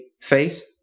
face